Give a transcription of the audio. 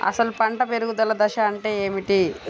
అసలు పంట పెరుగుదల దశ అంటే ఏమిటి?